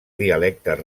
dialectes